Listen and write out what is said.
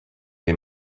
les